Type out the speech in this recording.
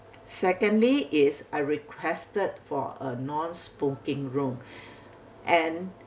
secondly is I requested for a non-smoking room and